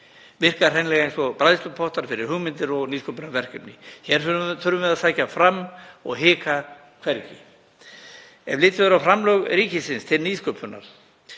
virka hreinlega eins og bræðslupottar fyrir hugmyndir og nýsköpunarverkefni. Hér þurfum við að sækja fram og hika hvergi. Ef litið er á framlög ríkisins til nýsköpunar